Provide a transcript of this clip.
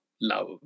love